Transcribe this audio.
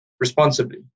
responsibly